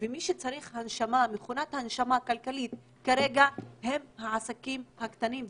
מי שצריך מכונת הנשמה כלכלית כרגע הם העסקים הקטנים,